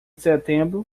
setembro